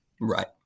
Right